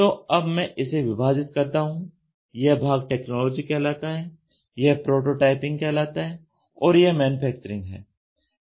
तो अब मैं इसे विभाजित करता हूं यह भाग टेक्नोलॉजी कहलाता है यह प्रोटोटाइपिंग कहलाता है और यह मैनुफैक्चरिंग है